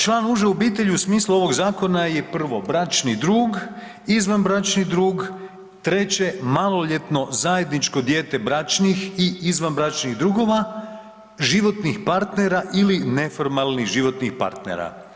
Član uže obitelji u smislu ovog zakona je prvo bračni drug, izvanbračni drug, treće maloljetno zajedničko dijete bračnih i izvanbračnih druga, životnih partnera ili neformalnih životnih partnera.